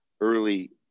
early